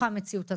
במציאות הזאת?